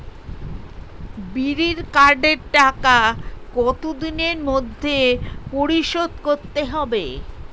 বিড়ির কার্ডের টাকা কত দিনের মধ্যে পরিশোধ করতে হবে?